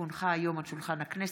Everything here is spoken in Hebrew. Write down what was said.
כי הונחה היום על שולחן הכנסת,